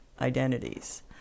identities